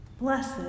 blessed